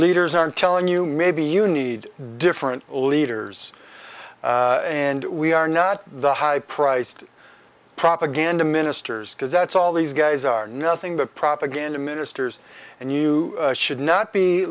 leaders aren't telling you maybe you need different leaders and we are not the high priced propaganda ministers because that's all these guys are nothing but propaganda ministers and you should not be